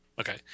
Okay